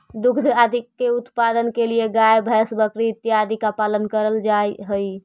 दुग्ध आदि के उत्पादन के लिए गाय भैंस बकरी इत्यादि का पालन करल जा हई